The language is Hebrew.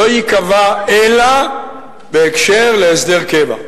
לא ייקבע אלא בהקשר של הסדר קבע.